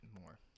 more